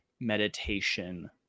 meditation